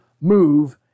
move